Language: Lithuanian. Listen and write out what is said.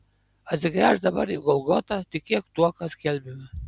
atsigręžk dabar į golgotą tikėk tuo ką skelbiame